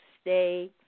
stay